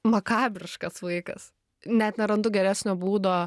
makabriškas vaikas net nerandu geresnio būdo